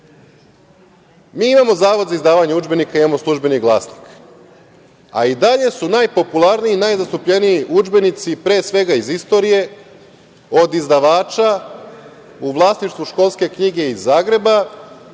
Imamo Zavod za izdavanje udžbenika, imamo „Službeni glasnik“, a i dalje su najpopularniji i najzastupljeniji udžbenici pre svega iz Istorije od izdavača u vlasništvu „Školske knjige“ iz Zagreba,